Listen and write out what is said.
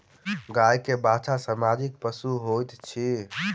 गाय के बाछा सामाजिक पशु होइत अछि